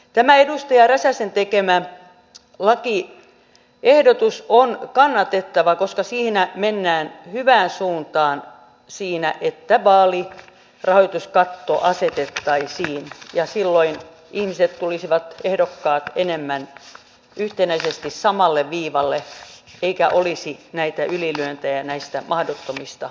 tämä edustaja räsäsen tekemä lakiehdotus on kannatettava koska siinä mennään hyvään suuntaan siinä että vaalirahoituskatto asetettaisiin ja silloin ihmiset ehdokkaat tulisivat enemmän yhtenäisesti samalle viivalle eikä olisi näitä ylilyöntejä näistä mahdottomista kuluista